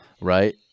Right